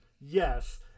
Yes